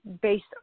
based